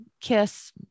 kiss